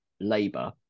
Labour